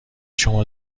شما